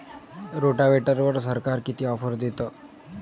रोटावेटरवर सरकार किती ऑफर देतं?